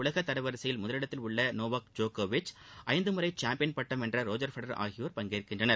இந்த போட்டியில் உலக தர வரிசையில் முதலிடத்தில் உள்ள நோவாக் ஜோக்கோவிச் ஐந்து முறை சாம்பியன் பட்டம் வென்ற ரோஜர் ஃபெடரர் ஆகியோர் பங்கேற்கின்றனர்